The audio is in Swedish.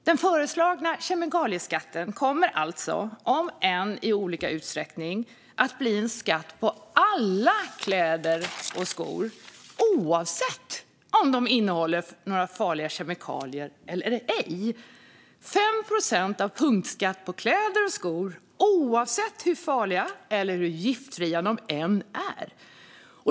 Den föreslagna kemikalieskatten kommer alltså, om än i olika utsträckning, att bli en skatt på alla kläder och skor oavsett om de innehåller några farliga kemikalier eller ej. Det blir 5 procents punktskatt på kläder och skor oavsett hur farliga eller giftfria de är.